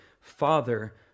Father